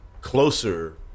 closer